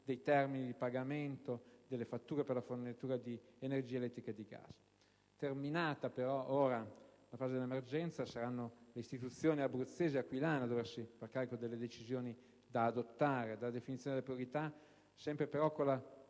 dei termini di pagamento delle fatture per la fornitura di energia elettrica e di gas. Terminata, però, ora la fase dell'emergenza saranno le istituzioni abruzzesi e aquilane a doversi far carico delle decisioni da adottare, della definizione delle priorità, sempre però con la